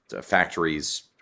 factories